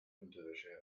unterwäsche